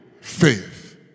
faith